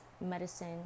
medicine